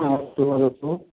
हा अस्तु वदतु